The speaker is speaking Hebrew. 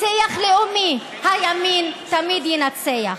בשיח לאומי, הימין תמיד ינצח.